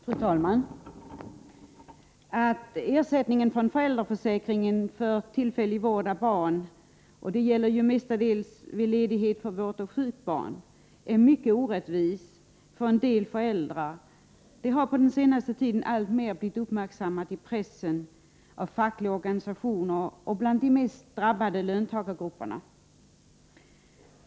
Fru talman! Att ersättningen från föräldraförsäkringen för tillfällig vård av barn — det gäller mestadels vid ledighet för vård av sjukt barn — är mycket orättvis för en del föräldrar har på den senaste tiden alltmer uppmärksammats i pressen, av fackliga organisationer och bland de mest drabbade löntagargrupperna.